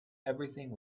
everything